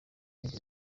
ibindi